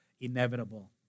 inevitable